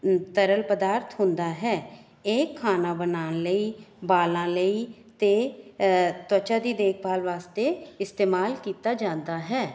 ਤਰਲ ਪਦਾਰਥ ਹੁੰਦਾ ਹੈ ਇਹ ਖਾਣਾ ਬਣਾਉਣ ਲਈ ਵਾਲਾਂ ਲਈ ਅਤੇ ਤਵੱਚਾ ਦੀ ਦੇਖਭਾਲ ਵਾਸਤੇ ਇਸਤੇਮਾਲ ਕੀਤਾ ਜਾਂਦਾ ਹੈ